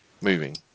moving